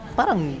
parang